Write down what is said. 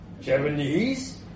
Japanese